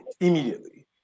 immediately